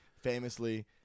famously